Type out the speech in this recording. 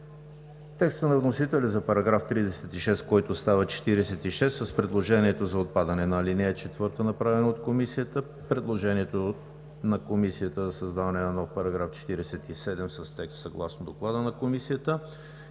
текста на вносителя за § 36, който става § 46 с предложението за отпадане на ал. 4, направено от Комисията; предложението на Комисията за създаване на нов § 47 с текст съгласно Доклада на Комисията,